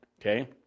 okay